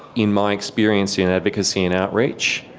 in my experience in advocacy and outreach,